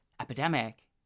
epidemic